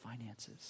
finances